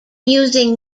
using